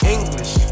English